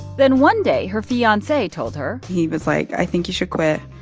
then one day, her fiancee told her. he was like, i think you should quit.